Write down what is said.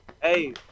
Hey